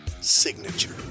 signature